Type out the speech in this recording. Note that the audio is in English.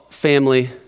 family